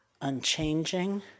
unchanging